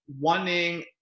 wanting